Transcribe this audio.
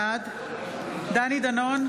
בעד דני דנון,